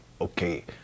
Okay